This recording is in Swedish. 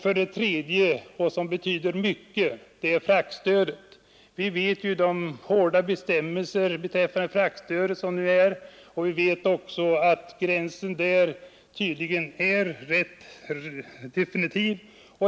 För det tredje — och det betyder mycket — gäller det fraktstödet. Vi vet ju vilka hårda bestämmelser som gäller beträffande fraktstödet och vi vet också att gränsen där tydligen är ganska definitiv.